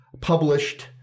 published